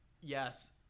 Yes